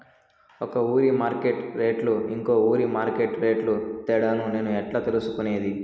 ఒక ఊరి మార్కెట్ రేట్లు ఇంకో ఊరి మార్కెట్ రేట్లు తేడాను నేను ఎట్లా తెలుసుకునేది?